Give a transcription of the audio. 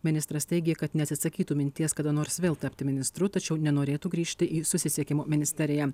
ministras teigė kad neatsisakytų minties kada nors vėl tapti ministru tačiau nenorėtų grįžti į susisiekimo ministeriją